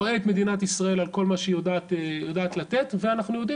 הוא רואה את מדינת ישראל על מה שהיא יודעת לתת ואנחנו יודעים,